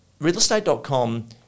realestate.com